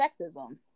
sexism